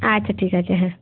আচ্ছা ঠিক আছে হ্যাঁ